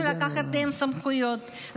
רוצים לקחת מהם סמכויות.